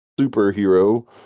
superhero